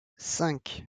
cinq